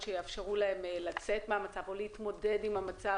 שיאפשרו להם לצאת מהמצב או להתמודד איתו,